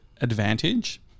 advantage